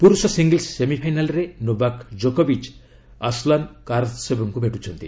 ପୁରୁଷ ସିଙ୍ଗଲ୍ସ ସେମିଫାଇନାଲ୍ରେ ନୋବାକ୍ ଜୋକୋବିଚ୍ ଆସଲାନ୍ କାରାତ୍ସେବଙ୍କୁ ଭେଟୁଛନ୍ତି